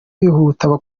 bihutira